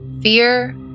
fear